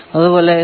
അതുപോലെ ഇത്